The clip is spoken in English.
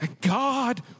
God